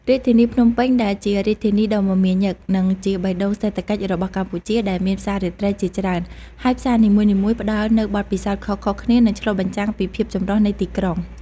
រាជធានីភ្នំពេញ ដែលជារាជធានីដ៏មមាញឹកនិងជាបេះដូងសេដ្ឋកិច្ចរបស់កម្ពុជា ដែលមានផ្សាររាត្រីជាច្រើន ហើយផ្សារនីមួយៗផ្ដល់នូវបទពិសោធន៍ខុសៗគ្នា និងឆ្លុះបញ្ចាំងពីភាពចម្រុះនៃទីក្រុង។